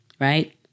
Right